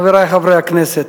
חברי חברי הכנסת,